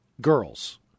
girls